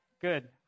Good